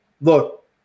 look